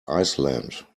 iceland